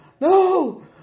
No